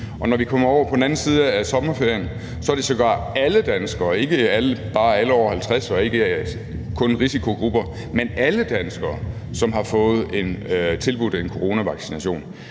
når vi kommer over på den anden side af sommerferien, er det sågar alle danskere – ikke bare alle over 50 år og ikke kun folk i risikogrupper, men alle danskere – som har fået tilbudt en coronavaccination.